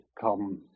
come